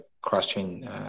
cross-chain